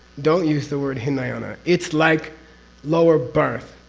don't use the word hinayana. it's like lower birth,